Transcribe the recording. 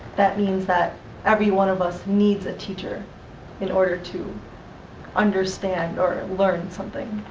that means that every one of us needs a teacher in order to understand or learn something